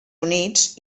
units